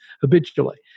habitually